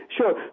Sure